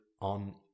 on